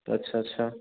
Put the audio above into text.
अच्छा अच्छा